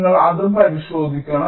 നിങ്ങൾ അതും പരിശോധിക്കണം